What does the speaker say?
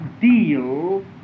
deal